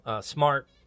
smart